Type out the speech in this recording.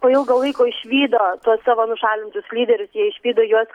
po ilgo laiko išvydo tuos savo nušalintus lyderius jie išvydo juos